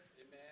Amen